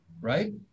right